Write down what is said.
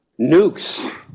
nukes